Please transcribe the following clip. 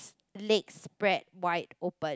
leg spread wide open